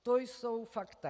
To jsou fakta.